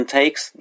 takes